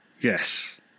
Yes